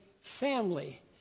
family